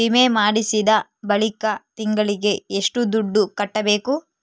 ವಿಮೆ ಮಾಡಿಸಿದ ಬಳಿಕ ತಿಂಗಳಿಗೆ ಎಷ್ಟು ದುಡ್ಡು ಕಟ್ಟಬೇಕು?